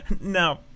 No